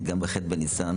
בניסן